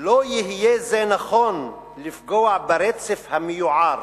"לא יהיה זה נכון לפגוע ברצף המיוער